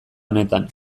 honetan